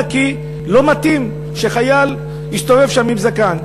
כי לא מתאים שחייל יסתובב שם עם זקן.